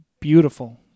beautiful